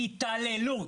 התעללות,